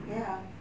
ya